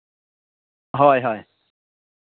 ᱦᱳᱭ ᱦᱳᱭ